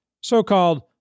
so-called